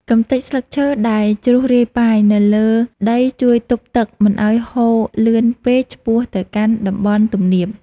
កម្ទេចស្លឹកឈើដែលជ្រុះរាយប៉ាយនៅលើដីជួយទប់ទឹកមិនឱ្យហូរលឿនពេកឆ្ពោះទៅកាន់តំបន់ទំនាប។